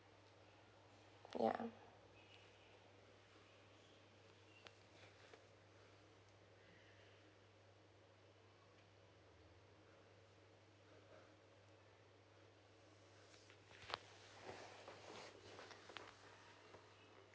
ya